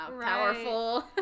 powerful